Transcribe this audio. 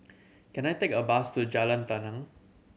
can I take a bus to Jalan Tenang